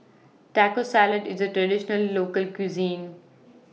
Taco Salad IS A Traditional Local Cuisine